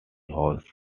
house